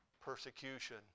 persecution